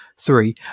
three